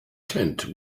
tent